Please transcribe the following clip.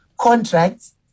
contracts